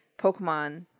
Pokemon